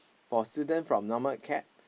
for student from normal acad